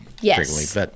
Yes